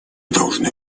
должны